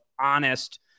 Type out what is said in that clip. honest